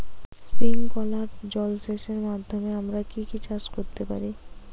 Sprinkler জলসেচের মাধ্যমে আমরা কি কি চাষ করতে পারি?